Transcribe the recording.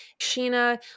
Sheena